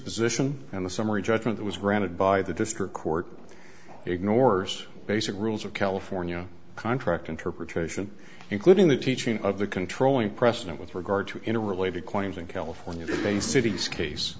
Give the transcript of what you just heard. position and the summary judgment was granted by the district court ignores basic rules of california contract interpretation including the teaching of the controlling precedent with regard to in a related claims in california they cities case